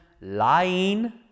lying